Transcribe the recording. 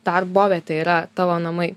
darbovietė yra tavo namai